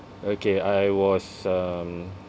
okay I was um